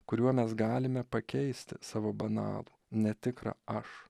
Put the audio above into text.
kuriuo mes galime pakeisti savo banalų netikrą aš